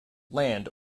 land